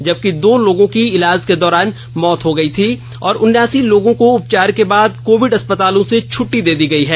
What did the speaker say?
जबकि दो लोगों की इलाज के दौरान मौत हो गई थी और उन्यासी लोगों को उपचार के बाद कोविड अस्पतालों से छुट्टी दे दी गई है